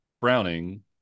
Browning